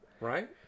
Right